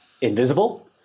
Invisible